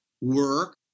work